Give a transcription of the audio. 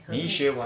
你一学完